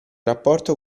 rapporto